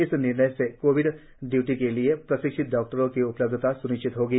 इस निर्णय से कोविड ड्यूटी के लिए प्रशिक्षित डॉक्टरों की उपलब्धता सुनिश्चित होगी